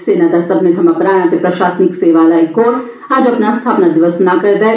सेना दा सब्मनें थमां पुराना ते प्रशासनिक सेवा आला एह् कोर अज्ज अपना स्थापना दिवस मना'रदा ऐ